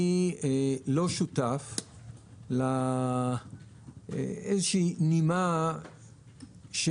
אני לא שותף לאיזושהי נימה,